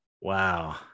Wow